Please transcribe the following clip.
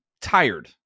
tired